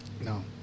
No